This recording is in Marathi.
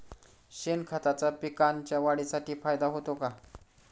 शेणखताचा पिकांच्या वाढीसाठी फायदा होतो का?